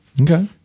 Okay